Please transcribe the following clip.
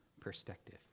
Perspective